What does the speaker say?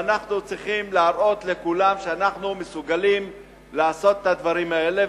ואנחנו צריכים להראות לכולם שאנחנו מסוגלים לעשות את הדברים האלה,